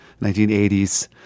1980s